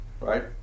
Right